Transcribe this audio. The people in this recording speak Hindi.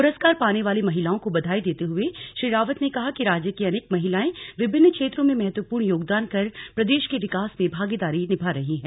पुरस्कार पाने वाली महिलाओं को बधाई देते हुए श्री रावत ने कहा कि राज्य की अनेक महिलांए विभिन्न क्षेत्रों में महत्वपूर्ण योगदान कर प्रदेश के विकास में भागीदारी निभा रही हैं